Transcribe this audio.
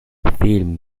film